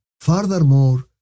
furthermore